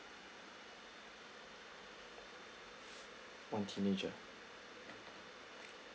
one teenager